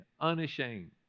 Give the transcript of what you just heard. unashamed